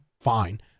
fine